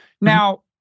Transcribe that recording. now